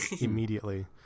immediately